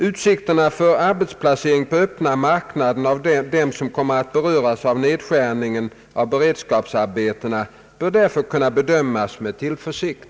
Utsikterna till arbetsplacering på öppna marknaden av dem som kommer att beröras av nedskärningen av beredskapsarbetena bör därför kunna bedömas med tillförsikt.